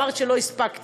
אמרת שלא הספקתם,